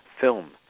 film